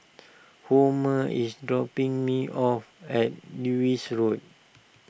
Homer is dropping me off at Lewis Road